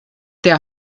der